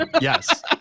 yes